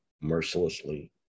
mercilessly